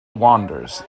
wanders